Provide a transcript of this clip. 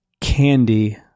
Candy